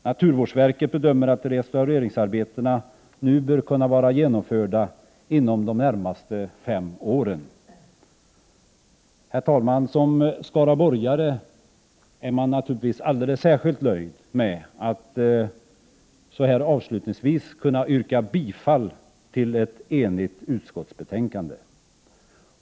Naturvårdsverket bedömer att restaureringsarbetena bör kunna vara genomförda inom de närmaste fem åren. Herr talman! Som skaraborgare är man naturligtvis alldeles särskilt nöjd med att så här avslutningsvis kunna yrka bifall till ett enigt utskottsförslag.